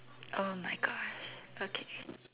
oh my god okay